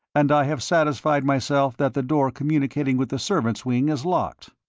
and i have satisfied myself that the door communicating with the servants' wing is locked.